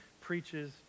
preaches